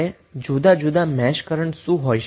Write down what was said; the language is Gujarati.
તો જુદાં જુદાં મેશ કરન્ટ શું હોઈ શકે